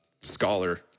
scholar